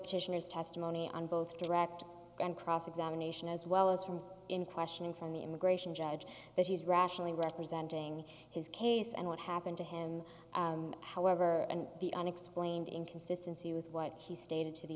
petitioners testimony on both direct and cross examination as well as from in questioning from the immigration judge that he is rationally representing his case and what happened to him however and the unexplained inconsistency with what he stated to the